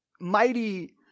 mighty